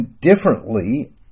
differently